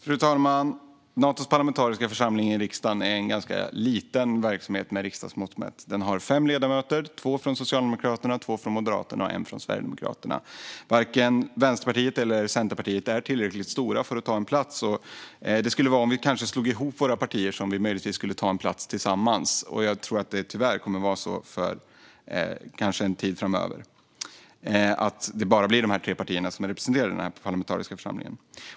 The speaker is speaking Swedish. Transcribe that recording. Fru talman! Natos parlamentariska församling i riksdagen är en ganska liten verksamhet med riksdagsmått mätt. Den har fem ledamöter: två från Socialdemokraterna, två från Moderaterna och en från Sverigedemokraterna. Varken Vänsterpartiet eller Centerpartiet är tillräckligt stort för att ta en plats - om vi slog ihop våra partier skulle vi möjligtvis kunna ta en plats tillsammans. Jag tror att det tyvärr kommer att vara så en tid framöver att det bara är de här tre partierna som är representerade i den parlamentariska församlingen.